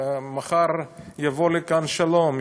מחר יבוא לכאן שלום,